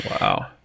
Wow